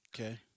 Okay